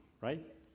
right